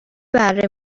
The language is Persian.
بره